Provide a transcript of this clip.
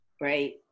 right